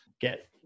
get